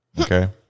Okay